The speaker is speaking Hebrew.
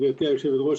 גברתי היושבת-ראש,